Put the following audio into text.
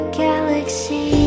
galaxy